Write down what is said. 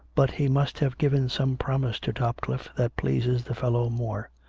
but he must have given some promise to topcliffe that pleases the fellow more.